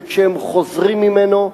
וכשהם חוזרים ממנו,